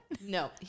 No